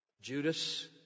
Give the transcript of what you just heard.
Judas